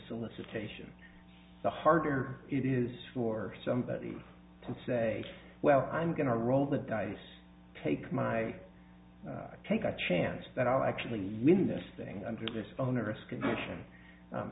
solicitation the harder it is for somebody to say well i'm going to roll the dice take my take a chance that i'll actually win this thing under this onerous condition